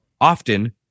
often